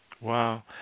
Wow